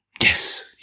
yes